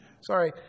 sorry